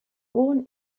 born